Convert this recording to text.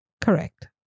Correct